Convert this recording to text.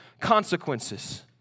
consequences